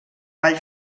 vall